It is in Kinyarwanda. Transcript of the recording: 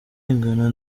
ingano